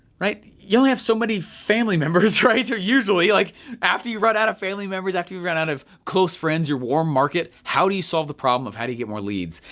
right, you only have so many family members, so usually, like after you run out of family members, after you run out of close friends, your warm market, how do you solve the problem of how you get more leads.